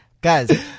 guys